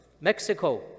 Mexico